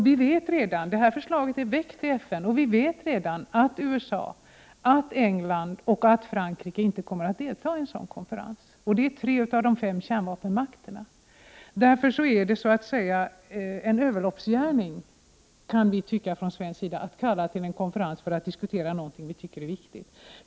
Det här förslaget är väckt i FN, och vi vet redan att USA, England och Frankrike inte kommer att delta i en sådan konferens, och det är tre av de fem kärnvapenmakterna. Därför är det en överloppsgärning att kalla till en konferens som i förväg är dömd att misslyckas för att diskutera någonting som vi i och för sig tycker är viktigt.